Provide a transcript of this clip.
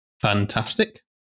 Fantastic